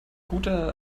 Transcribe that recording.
gute